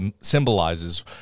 symbolizes